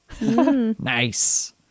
Nice